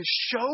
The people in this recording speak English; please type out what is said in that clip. show